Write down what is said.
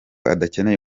adakeneye